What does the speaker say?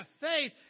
faith